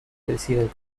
deciden